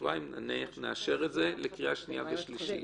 שבועיים נניח נאשר את זה לקריאה שנייה ושלישית.